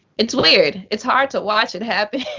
it's weird. it's hard to watch it happen.